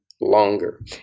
longer